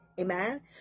Amen